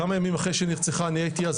כמה ימים אחרי שהיא נרצחה - אני הייתי אז